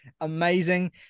amazing